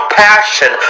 passion